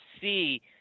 see